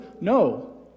no